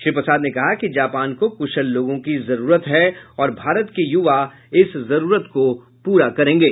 श्री प्रसाद ने कहा कि जापान को कुशल लोगों की जरूरत है और भारत के युवा इस जरूरत को पूरा करेंगे